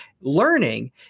Learning